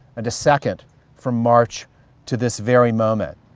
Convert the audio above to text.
and a second from march to this very moment,